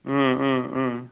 ওম ওম ওম